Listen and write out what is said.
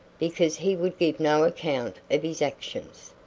because he would give no account of his actions.